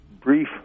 brief